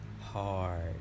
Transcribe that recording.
hard